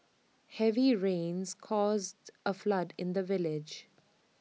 heavy rains caused A flood in the village